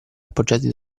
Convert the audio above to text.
appoggiati